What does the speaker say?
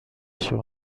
شما